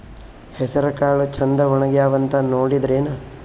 ಹೆಸರಕಾಳು ಛಂದ ಒಣಗ್ಯಾವಂತ ನೋಡಿದ್ರೆನ?